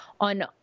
on